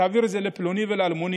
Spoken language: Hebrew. תעביר את זה לפלוני ולאלמוני,